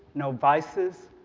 no vices,